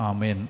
Amen